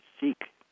seek